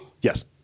Yes